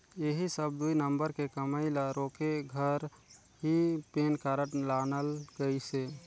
ऐही सब दुई नंबर के कमई ल रोके घर ही पेन कारड लानल गइसे